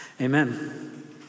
Amen